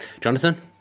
Jonathan